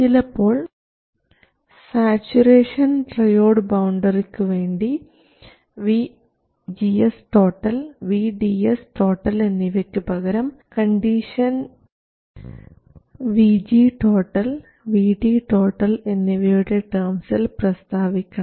ചിലപ്പോൾ saturation triode ബൌണ്ടറിക്കു വേണ്ടി VGS VDS എന്നിവയ്ക്കു പകരം കണ്ടീഷൻ VG VD എന്നിവയുടെ ടേംസിൽ പ്രസ്താവിക്കണം